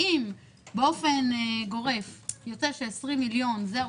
אם באופן גורף הוצאות התפעול הן 20 מיליון שקל,